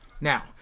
Now